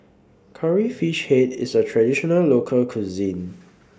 Curry Fish Head IS A Traditional Local Cuisine